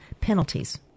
penalties